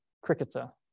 cricketer